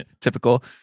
typical